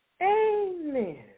Amen